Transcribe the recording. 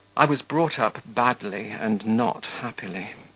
i was brought up badly and not happily.